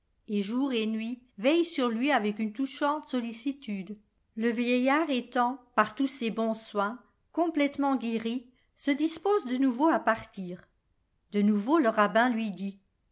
et jour et nuit veille sur lui avec une touchante sollicitude le vieillard étant par tous ces bons soins complètement guéri se dispose de nouveau à partir de nouveau le rabbin lui dit